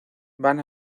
van